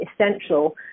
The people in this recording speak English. essential